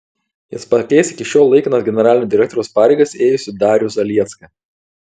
jis pakeis iki šiol laikinas generalinio direktoriaus pareigas ėjusį darių zaliecką